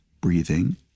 breathing